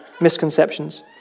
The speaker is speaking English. misconceptions